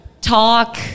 talk